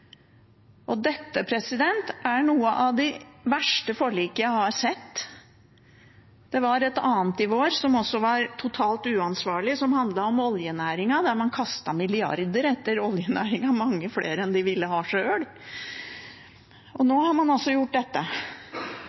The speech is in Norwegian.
Dette er et av de verste forlikene jeg har sett. Det var et annet i vår, som også var totalt uansvarlig, som handlet om oljenæringen, der man kastet milliarder etter oljenæringen, mange flere enn de ville ha sjøl. Og nå har man altså gjort dette.